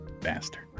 Bastard